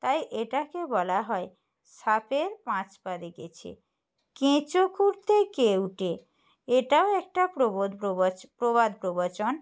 তাই এটাকে বলা হয় সাপের পাঁচ পা দেখেছে কেঁচো খুঁড়তে কেউটে এটাও একটা প্রবদ প্রবাচ্ প্রবাদ প্রবচন